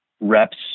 reps